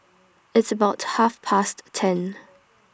its about Half Past ten